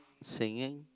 singing